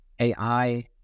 ai